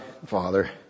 Father